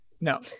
No